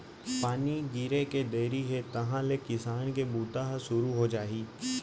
पानी गिरे के देरी हे तहॉं ले किसानी के बूता ह सुरू हो जाही